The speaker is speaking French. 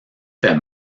fait